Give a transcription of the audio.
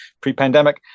pre-pandemic